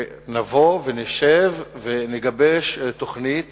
נבוא ונשב ונגבש תוכנית